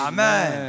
Amen